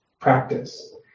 practice